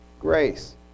grace